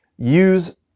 use